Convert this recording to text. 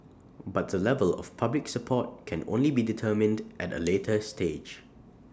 but the level of public support can only be determined at A later stage